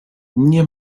nie